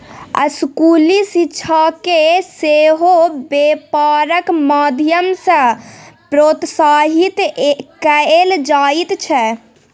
स्कूली शिक्षाकेँ सेहो बेपारक माध्यम सँ प्रोत्साहित कएल जाइत छै